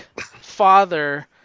father